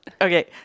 Okay